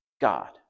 God